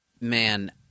man